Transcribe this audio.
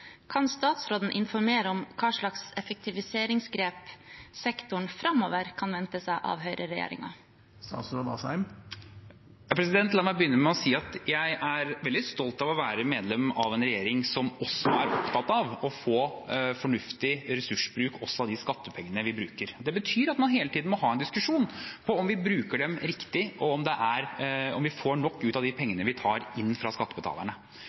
Kan statsråden informere om hvilke effektiviseringstiltak sektoren framover kan vente seg av høyreregjeringen? La meg begynne med å si at jeg er veldig stolt av å være medlem av en regjering som er opptatt av å få en fornuftig ressursbruk av de skattepengene vi bruker. Det betyr at man må hele tiden ha en diskusjon om vi bruker dem riktig, og om vi får nok ut av de pengene vi tar inn fra skattebetalerne.